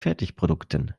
fertigprodukten